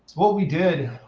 what we did,